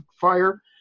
fire